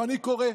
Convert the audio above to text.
ואני קורא: